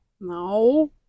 No